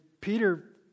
Peter